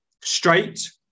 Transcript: straight